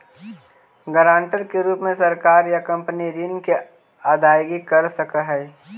guarantor के रूप में सरकार या कंपनी ऋण के अदायगी कर सकऽ हई